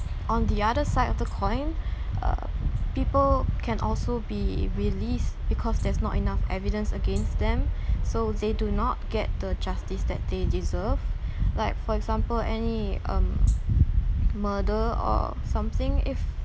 on the other side of the coin uh people can also be released because there's not enough evidence against them so they do not get the justice that they deserve like for example any um murder or something if